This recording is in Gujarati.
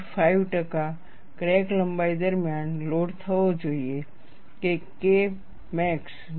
5 ટકા ક્રેક લંબાઈ દરમિયાન લોડ થવો જોઈએ કે K મેક્સ 0